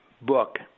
book